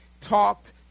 talked